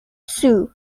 sue